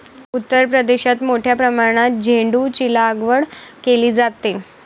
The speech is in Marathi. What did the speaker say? उत्तर प्रदेशात मोठ्या प्रमाणात झेंडूचीलागवड केली जाते